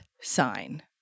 sign